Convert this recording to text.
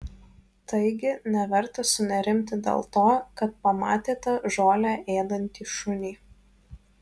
taigi neverta sunerimti dėl to kad pamatėte žolę ėdantį šunį